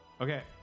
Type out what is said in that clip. Okay